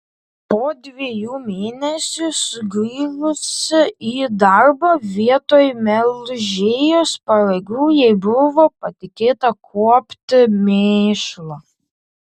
po dviejų mėnesių sugrįžusi į darbą vietoj melžėjos pareigų jai buvo patikėta kuopti mėšlą